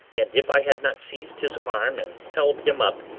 and if i had not seized his arm and held him up,